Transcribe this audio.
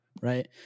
right